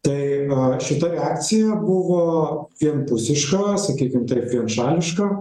tai šita reakcija buvo vienpusiška sakykim taip vienšališka